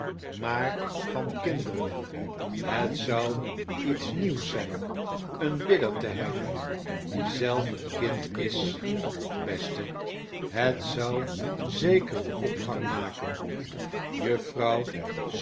maar van kinderen het zou iets nieuws zijn een bidder te hebben die zelf een kind is beste het zou zeker opgang maken